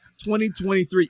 2023